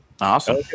awesome